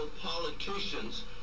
politicians